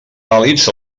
vàlids